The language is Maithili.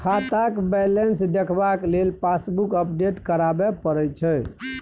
खाताक बैलेंस देखबाक लेल पासबुक अपडेट कराबे परय छै